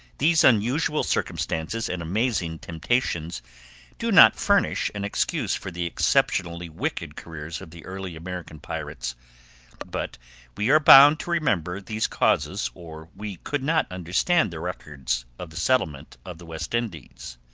these unusual circumstances and amazing temptations do not furnish an excuse for the exceptionally wicked careers of the early american pirates but we are bound to remember these causes or we could not understand the records of the settlement of the west indies.